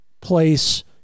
place